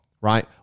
right